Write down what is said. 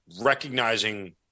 recognizing